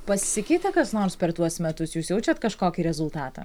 pasikeitė kas nors per tuos metus jūs jaučiat kažkokį rezultatą